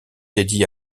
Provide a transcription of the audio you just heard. dédié